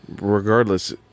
regardless